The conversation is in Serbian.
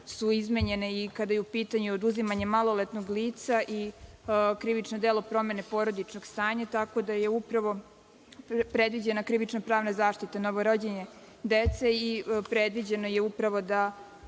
su izmenjene i kada je u pitanju oduzimanje maloletnog lica i krivično delo promene porodičnog stanja, tako da je upravo predviđena krivično-pravna zaštita novorođene dece i predviđeno je upravo,